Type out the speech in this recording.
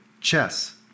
chess